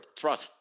trust